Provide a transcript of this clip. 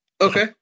Okay